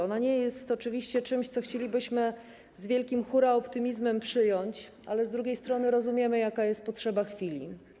Ona nie jest oczywiście czymś, co chcielibyśmy z wielkim hurraoptymizmem przyjąć, ale z drugiej strony rozumiemy, jaka jest potrzeba chwili.